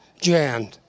Jan